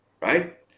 Right